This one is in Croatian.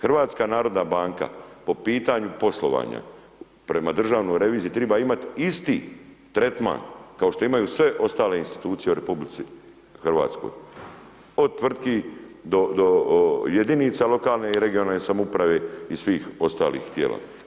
HNB po pitanju poslovanja prema Državnoj reviziji triba imat isti tretman kao što imaju sve ostale institucije u RH, od tvrtki do jedinica lokalne i regionalne samouprave i svih ostalih tijela.